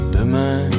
Demain